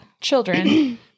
children